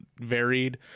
varied